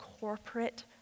corporate